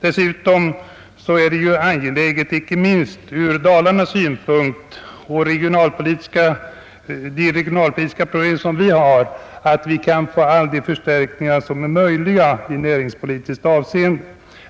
Dessutom är det icke minst angeläget ur Dalarnas synpunkt med dess regionalpolitiska problem att få de förstärkningar som är möjliga i näringspolitiskt avseende.